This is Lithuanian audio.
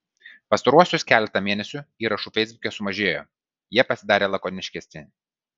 pastaruosius keletą mėnesių įrašų feisbuke sumažėjo jie pasidarė lakoniškesni